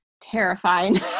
terrifying